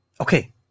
Okay